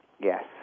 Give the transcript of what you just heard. Yes